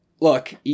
look